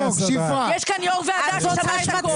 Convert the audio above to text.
יש כאן יו"ר ועדה ששמע את הכול.